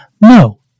No